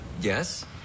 Yes